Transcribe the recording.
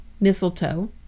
mistletoe